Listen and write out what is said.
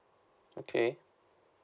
okay